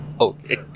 Okay